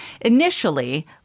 Initially